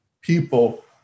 people